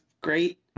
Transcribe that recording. great